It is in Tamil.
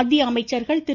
மத்திய அமைச்சர்கள் திரு